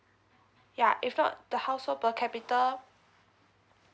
ya if not the household per capita